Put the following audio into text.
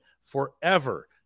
forever